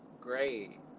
Great